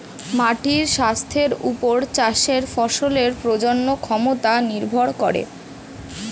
মাটির স্বাস্থ্যের ওপর চাষের ফসলের প্রজনন ক্ষমতা নির্ভর করে